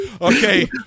Okay